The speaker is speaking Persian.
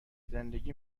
زندگی